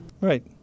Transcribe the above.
Right